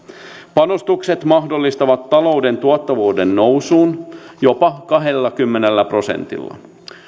panostukset mahdollistaisivat talouden tuottavuuden nousun jopa kahdellakymmenellä prosentilla